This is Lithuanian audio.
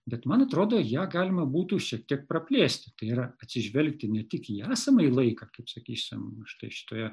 bet man atrodo ją galima būtų šiek tiek praplėsti tai yra atsižvelgti ne tik į esamąjį laiką kaip sakysim štai šitoje